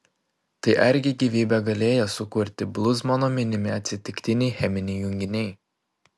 tai argi gyvybę galėjo sukurti bluzmano minimi atsitiktiniai cheminiai junginiai